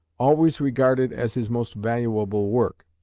always regarded as his most valuable work,